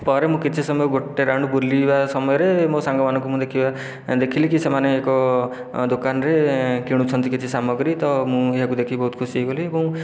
ପରେ ମୁଁ କିଛି ସମୟ ଗୋଟିଏ ରାଉଣ୍ଡ ବୁଲିବା ସମୟରେ ମୋ ସାଙ୍ଗମାନଙ୍କୁ ମୁଁ ଦେଖିବା ଦେଖିଲିକି ସେମାନେ ଏକ ଦୋକାନରେ କିଣୁଛନ୍ତି କିଛି ସାମଗ୍ରୀ ତ ମୁଁ ଏହାକୁ ଦେଖି ବହୁତ ଖୁସି ହୋଇଗଲି ଏବଂ